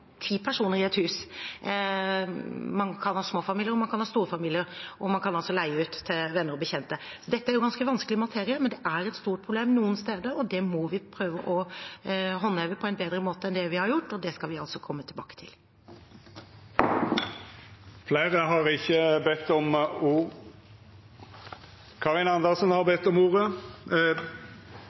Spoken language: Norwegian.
ti personer i et hus. Man kan ha små familier, og man kan ha store familier – og man kan leie ut til venner og bekjente. Dette er ganske vanskelig materie, men det er et stort problem noen steder, og det må vi prøve å håndheve på en bedre måte enn det vi har gjort, og det skal vi altså komme tilbake til. Replikkordskiftet er omme. Dei talarane som heretter får ordet, har